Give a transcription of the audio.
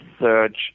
search